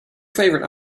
favorite